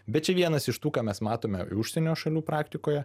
bet čia vienas iš tų ką mes matome užsienio šalių praktikoje